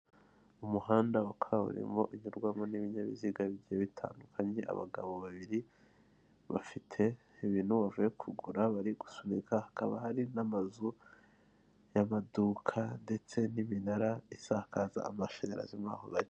Umuhanda wa kaburimbo unyurwamo n'ibinyabiziga bigiye bitandukanye abagabo babiri bafite ibinu bavuye kugura bari gusunika hakaba hari n'amazu y'amaduka ndetse n'iminara isakaza amashanyarazi muri ako gace.